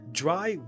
dry